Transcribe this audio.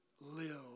live